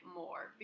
more